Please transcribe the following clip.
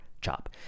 CHOP